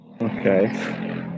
Okay